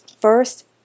first